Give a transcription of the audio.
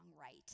right